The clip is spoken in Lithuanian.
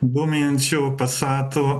dūmijančių pasatų